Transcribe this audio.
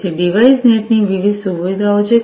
તેથી ડિવાઇસનેટ ની વિવિધ સુવિધાઓ છે